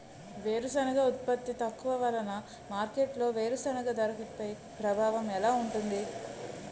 వేరుసెనగ ఉత్పత్తి తక్కువ వలన మార్కెట్లో వేరుసెనగ ధరపై ప్రభావం ఎలా ఉంటుంది?